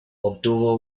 obtuvo